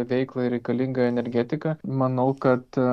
veiklai reikalinga energetika manau kad